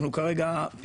כרגע,